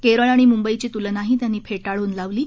केरळ आणि मुंबईची तुलनाही त्यांनी फेटाळून लावली आहे